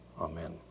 Amen